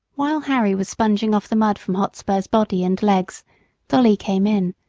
while harry was sponging off the mud from hotspur's body and legs dolly came in,